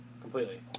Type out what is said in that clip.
Completely